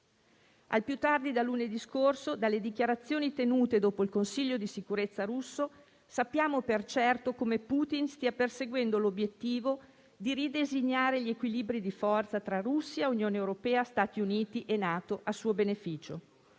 Al più tardi da lunedì scorso, dalle dichiarazioni tenute dopo il Consiglio di sicurezza russo, sappiamo per certo come Putin stia perseguendo l'obiettivo di ridisegnare gli equilibri di forza tra Russia, Unione europea, Stati Uniti e NATO a suo beneficio.